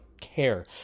care